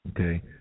Okay